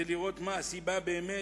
לראות מה הסיבה באמת.